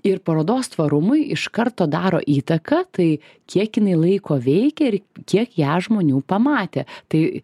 ir parodos tvarumui iš karto daro įtaką tai kiek kinai laiko veikia ir kiek ją žmonių pamatė tai